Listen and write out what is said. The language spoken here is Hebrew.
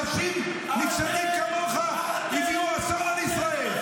אנשים נפסדים כמוך -- אתם ----- הביאו אסון על ישראל.